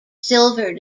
silver